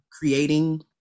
creating